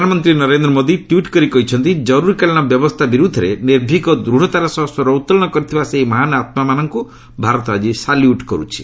ପ୍ରଧାନମନ୍ତ୍ରୀ ନରେନ୍ଦ୍ର ମୋଦି ଟ୍ୱିଟ୍ କରି କହିଛନ୍ତି ଜରୁରୀକାଳୀନ ବ୍ୟବସ୍ଥା ବିରୁଦ୍ଧରେ ନିର୍ଭୀକ ଓ ଦୃଢ଼ତାର ସହ ସ୍ୱର ଉତ୍ତୋଳନ କରିଥିବା ସେହି ମହାନ୍ ଆମ୍ାମାନଙ୍କୁ ଭାରତ ଆଜି ସାଲ୍ୟୁଟ୍ କରୁଛି